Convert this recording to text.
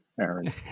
Aaron